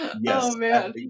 Yes